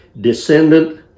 descendant